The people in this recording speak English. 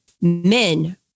men